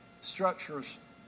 structures